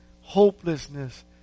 hopelessness